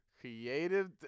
Creative